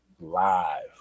live